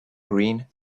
green